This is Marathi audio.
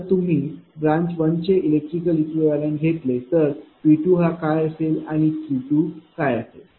जर तुम्ही ब्रांच 1 चे इलेक्ट्रिकल इक्विवलेंत घेतले तर P2 हा काय असेल आणि Q2काय असेल